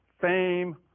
fame